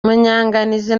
munyanganizi